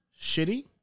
shitty